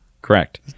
Correct